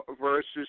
versus